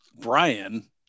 Brian